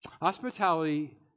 Hospitality